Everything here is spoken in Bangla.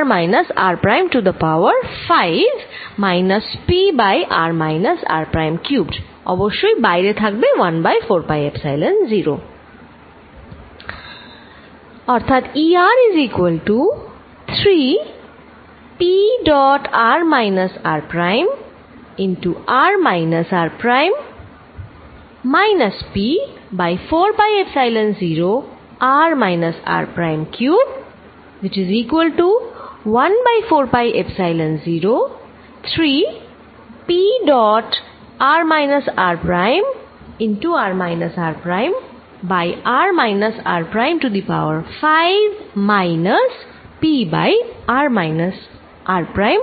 r minus r prime to the power 5 minus p by r minus r prime cubed অবশ্যই বাইরে 1 বাই 4 পাই এপসাইলন 0 আছে